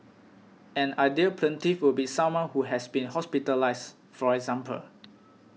an ideal plaintiff would be someone who has been hospitalised for example